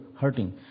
hurting